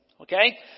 Okay